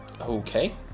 Okay